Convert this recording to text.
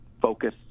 focus